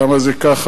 למה זה ככה?